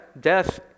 death